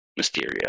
Mysterio